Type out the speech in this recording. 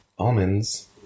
Almonds